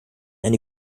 eine